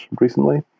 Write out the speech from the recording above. recently